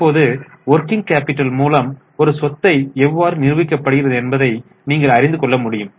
இப்போது working capital மூலம் ஒரு சொத்தை எவ்வாறு நிர்வகிக்கப்படுகிறது என்பதை நீங்கள் அறிந்து கொள்ள முடியும்